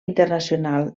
internacional